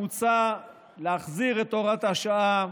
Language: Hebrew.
מוצע להחזיר את הוראת השעה,